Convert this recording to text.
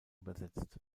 übersetzt